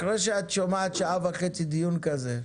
אחרי שאת שומעת שעה וחצי דיון כזה,